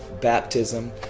baptism